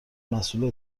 مسئول